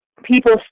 people